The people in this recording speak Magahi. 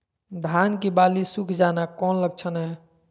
धान की बाली सुख जाना कौन लक्षण हैं?